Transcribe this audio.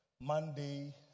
Monday